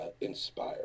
inspire